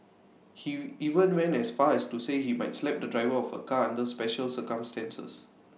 he even went as far as to say he might slap the driver of A car under special circumstances